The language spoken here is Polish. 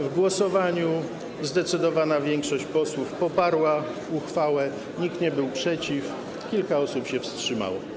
W głosowaniu zdecydowana większość posłów poparła uchwałę, nikt nie był przeciw, kilka osób się wstrzymało.